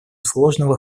сложного